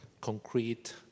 concrete